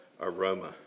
aroma